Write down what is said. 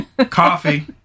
Coffee